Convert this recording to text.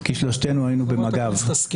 כי שלושתנו היינו במג"ב.